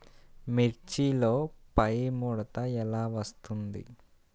మిర్చిలో పైముడత ఎలా వస్తుంది?